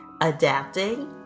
adapting